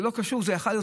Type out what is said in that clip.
זה קרה גם